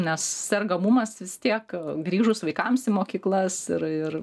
nes sergamumas tiek grįžus vaikams į mokyklas ir ir